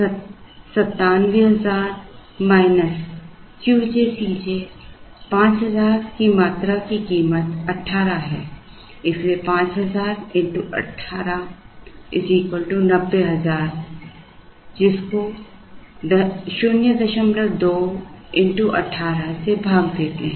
तो V j 97000 qjcj 5000 की मात्रा की कीमत 18 है इसलिए 5 000 x18 90000 को 02 x18 से भाग देते है